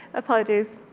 apologies.